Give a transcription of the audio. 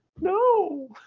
no